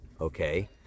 okay